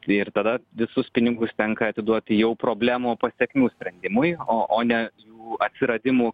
ir tada visus pinigus tenka atiduoti jau problemų pasekmių sprendimui o o ne jų atsiradimų